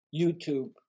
YouTube